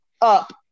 up